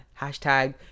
hashtag